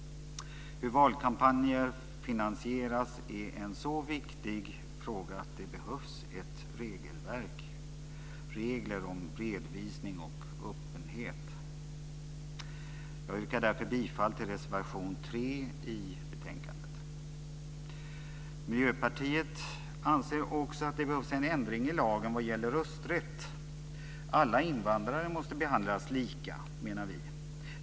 Hur valkampanjer finansieras är en så viktig fråga att det behövs ett regelverk, regler om redovisning och öppenhet. Jag yrkar därför bifall till reservation 3 i betänkandet. Miljöpartiet anser också att det behövs en ändring i lagen vad gäller rösträtt. Alla invandrare måste behandlas lika, menar vi.